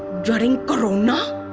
during corona.